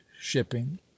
shipping